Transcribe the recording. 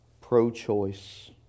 pro-choice